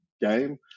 game